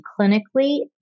clinically